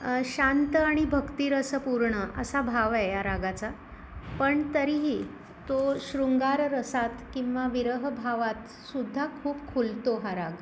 शांत आणि भक्तिरसपूर्ण असा भाव आहे या रागाचा पण तरीही तो शृंगार रसात किंवा विरह भावात सुद्धा खूप खुलतो हा राग